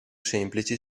semplici